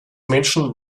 menschen